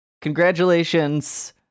Congratulations